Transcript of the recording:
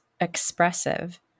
expressive